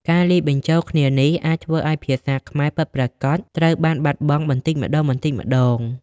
ការលាយបញ្ចូលគ្នានេះអាចធ្វើឱ្យភាសាខ្មែរពិតប្រាកដត្រូវបានបាត់បង់បន្តិចម្តងៗ។